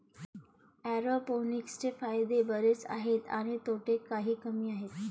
एरोपोनिक्सचे फायदे बरेच आहेत आणि तोटे काही कमी आहेत